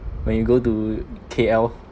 when you go to K_L